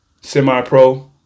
semi-pro